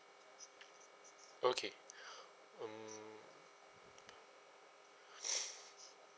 okay mm